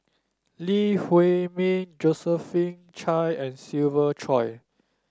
Lee Huei Min Josephine Chia and Siva Choy